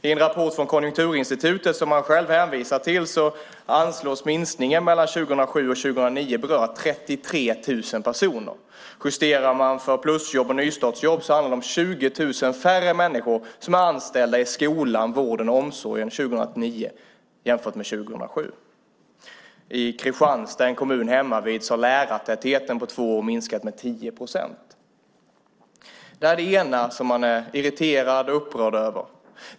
I en rapport från Konjunkturinstitutet som man själv hänvisar till anges att minskningen mellan 2007 och 2009 berör 33 000 personer. Om man justerar för plusjobb och nystartsjobb handlar det om 20 000 färre människor som är anställda i skolan, vården och omsorgen 2009 jämfört med 2007. I Kristianstad, en kommun hemmavid, har lärartätheten på två år minskat med 10 procent. Detta är det ena som man är irriterad och upprörd över.